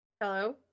Hello